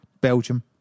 Belgium